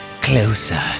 closer